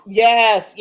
yes